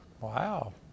Wow